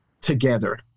together